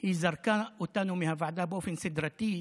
היא זרקה אותנו מהוועדה באופן סדרתי,